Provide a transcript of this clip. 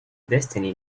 destiny